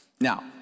Now